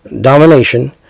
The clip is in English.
domination